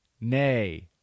nay